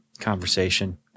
conversation